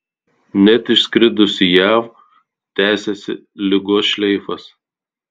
net išskridus į jav tęsėsi ligos šleifas